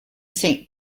saint